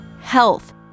health